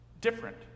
different